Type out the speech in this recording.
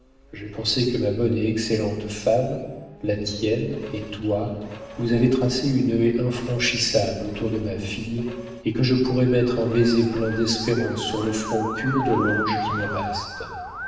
j'ai pensé que ma bonne et excellente femme la tienne et toi vous avez tracé une haie infranchissable autour de ma fille et que je pourrai mettre un baiser plein d'espérances sur le front pur de l'ange qui me reste